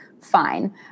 Fine